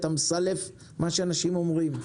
אתה מסלף את מה שאנשים אומרים.